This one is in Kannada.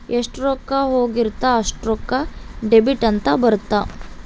ಎಷ್ಟ ರೊಕ್ಕ ಹೋಗಿರುತ್ತ ಅಷ್ಟೂಕ ಡೆಬಿಟ್ ಅಂತ ಬರುತ್ತ